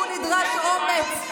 את עזבת כמה בתים.